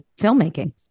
filmmaking